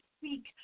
speak